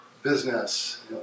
business